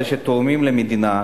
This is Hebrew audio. אלה שתורמים למדינה,